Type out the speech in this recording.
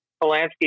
Polanski